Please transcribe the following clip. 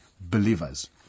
believers